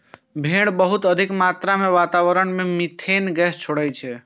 भेड़ बहुत अधिक मात्रा मे वातावरण मे मिथेन गैस छोड़ै छै